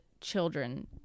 children